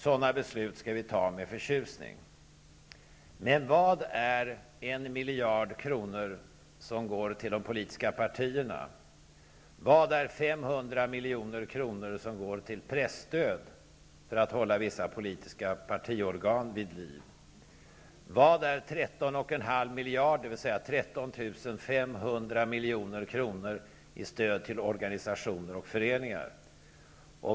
Sådana beslut skall vi fatta med förtjusning. Vad är en miljard kronor som går till de politiska partierna? Vad är 500 milj.kr. som går till presstöd för att hålla vissa politiska partiorgan vid liv? Vad är 13,5 miljarder, dvs. 13 500 000 milj.kr., i stöd till organisationer och föreningar?